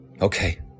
Okay